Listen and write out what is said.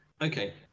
Okay